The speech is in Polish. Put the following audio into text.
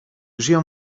żyją